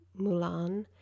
Mulan